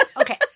okay